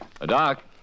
Doc